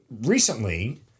recently